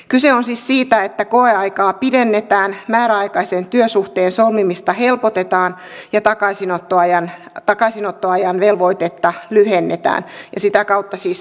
kyse on siis siitä että koeaikaa pidennetään määräaikaisen työsuhteen solmimista helpotetaan ja takaisinottoajan velvoitetta lyhennetään ja sitä kautta siis heikkenee irtisanomissuoja